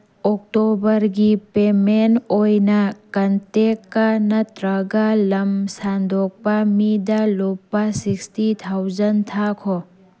ꯑꯣꯛꯇꯣꯕꯔꯒꯤ ꯄꯦꯃꯦꯟ ꯑꯣꯏꯅ ꯀꯟꯇꯦꯛꯀ ꯅꯠꯇ꯭ꯔꯒ ꯂꯝ ꯁꯥꯟꯗꯣꯛꯄ ꯃꯤꯗ ꯂꯨꯄꯥ ꯁꯤꯛꯁꯇꯤ ꯊꯥꯎꯖꯟ ꯊꯥꯈꯣ